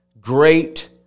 great